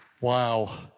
Wow